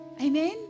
Amen